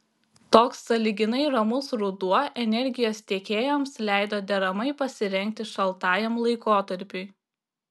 toks sąlyginai ramus ruduo energijos tiekėjams leido deramai pasirengti šaltajam laikotarpiui